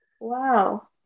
Wow